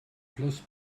plus